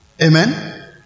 amen